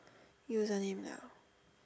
user the name now